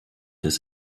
des